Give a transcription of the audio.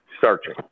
searching